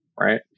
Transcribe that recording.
Right